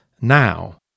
now